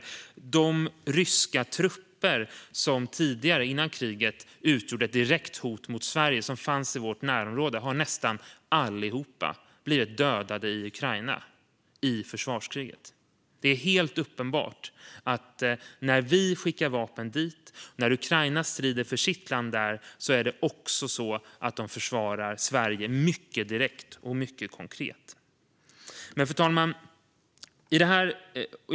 Nästan alla ryska trupper som tidigare, före kriget, utgjorde ett direkt hot mot Sverige och som fanns i vårt närområde har blivit dödade i Ukraina i försvarskriget. Det är helt uppenbart att när vi skickar vapen dit och när Ukraina strider för sitt land där försvarar de också Sverige mycket direkt och mycket konkret. Fru talman!